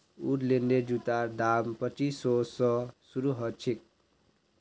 वुडलैंडेर जूतार दाम पच्चीस सौ स शुरू ह छेक